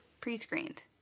Pre-screened